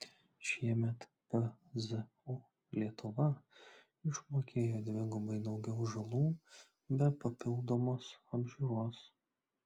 šiemet pzu lietuva išmokėjo dvigubai daugiau žalų be papildomos apžiūros